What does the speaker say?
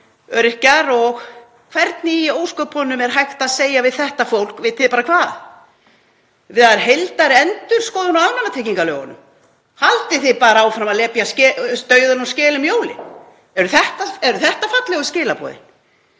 öryrkjar — hvernig í ósköpunum er hægt að segja við þetta fólk: Vitið þið bara hvað? Það er heildarendurskoðun á almannatryggingalögunum. Haldið þið bara áfram að lepja dauðann úr skel um jólin. Eru þetta fallegu skilaboðin?